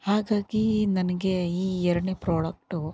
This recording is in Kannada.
ಹಾಗಾಗಿ ನನಗೆ ಈ ಎರಡನೇ ಪ್ರಾಡಕ್ಟು